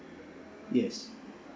yes